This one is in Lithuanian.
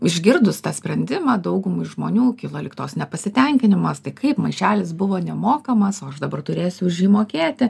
išgirdus tą sprendimą daugumai žmonių kilo lyg tos nepasitenkinimas tai kaip maišelis buvo nemokamas o aš dabar turėsiu už jį mokėti